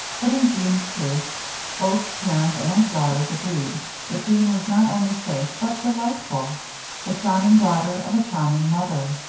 but in jean's case both parents and daughters agreed that jean was not only safe but delightful the charming daughter of a charming mother.